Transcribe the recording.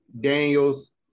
Daniels